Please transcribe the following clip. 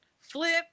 flip